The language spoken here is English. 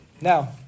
Now